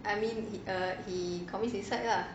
I mean he err he commit suicide lah